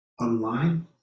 online